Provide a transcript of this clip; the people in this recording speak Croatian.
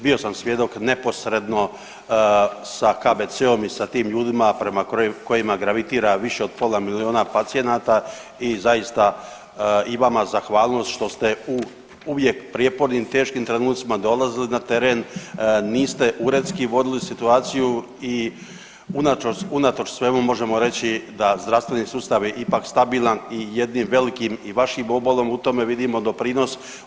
Bio sam svjedok neposredno sa KBC-om i sa tim ljudima prema kojima gravitira više od pola milijuna pacijenata i zaista i vama zahvalnost što ste uvijek u prijepornim i teškim trenucima dolazili na teren, niste uredski vodili situaciju i unatoč svemu možemo reći da zdravstveni sustav je ipak stabilan i jednim velikim i vašim obolom u tome vidimo doprinos.